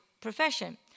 profession